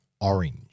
orange